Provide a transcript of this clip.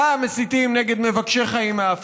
פעם מסיתים נגד מבקשי חיים מאפריקה.